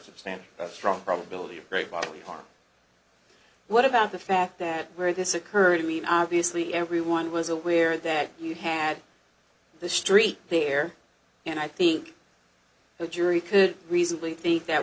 substantial strong probability of great bodily harm what about the fact that where this occurred mean obviously everyone was aware that you had the street there and i think the jury could reasonably think that